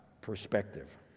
perspective